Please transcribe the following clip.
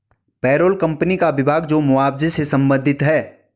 payroll company का विभाग जो मुआवजे से संबंधित है